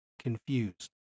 confused